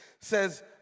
says